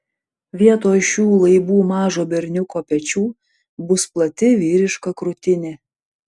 vietoj šių laibų mažo berniuko pečių bus plati vyriška krūtinė